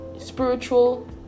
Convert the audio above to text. spiritual